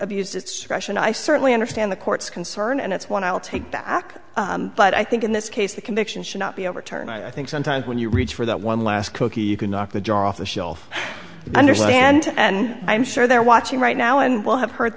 abused its discretion i certainly understand the court's concern and it's one i'll take back but i think in this case the conviction should not be overturned i think sometimes when you reach for that one last cookie you can knock the jar off the shelf i understand and i'm sure they're watching right now and will have heard